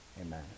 amen